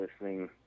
listening